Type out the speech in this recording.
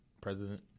president –